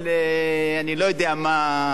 אני לא יודע מה,